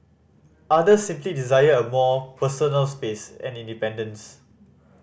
others simply desire more personal space and independence